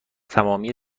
تمامی